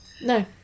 No